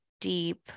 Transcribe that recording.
deep